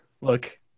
Look